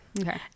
Okay